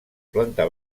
planta